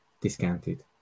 discounted